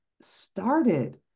started